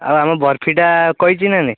ଆଉ ଆମ ବର୍ଫିଟା କହିଛି ନା ନାହିଁ